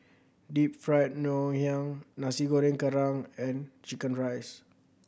Deep Fried Ngoh Hiang Nasi Goreng Kerang and chicken rice